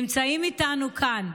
נמצאים איתנו כאן,